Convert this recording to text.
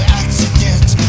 accident